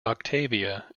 octavia